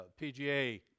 PGA